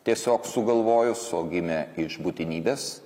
tiesiog sugalvojus o gimė iš būtinybės